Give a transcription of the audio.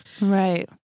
Right